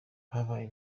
babaye